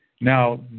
Now